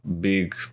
big